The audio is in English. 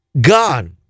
God